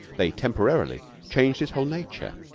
they temporarily changed his whole nature.